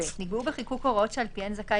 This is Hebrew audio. (ב) נקבעו בחיקוק הוראות שעל פיהן זכאי